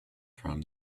from